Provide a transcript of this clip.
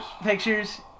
Pictures